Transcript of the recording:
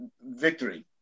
victory